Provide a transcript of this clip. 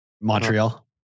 Montreal